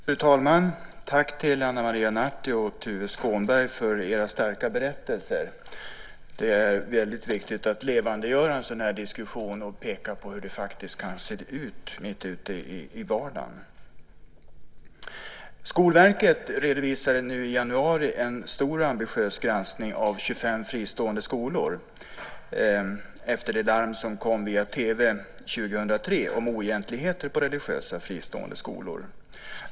Fru talman! Tack till Ana Maria Narti och Tuve Skånberg för era starka berättelser! Det är väldigt viktigt att levandegöra en sådan här diskussion och peka på hur det kan se ut i vardagen. Skolverket redovisade nu i januari en stor ambitiös granskning av 25 fristående skolor efter det larm som kom via TV år 2003 om oegentligheter på religiösa fristående skolor.